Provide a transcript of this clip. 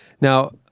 Now